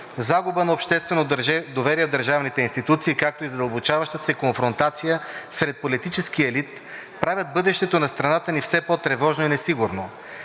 загуба на обществено доверие в държавните институции, както и задълбочаващата се конфронтация сред политическия елит правят бъдещето на страната ни все по-тревожно и несигурно.